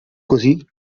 così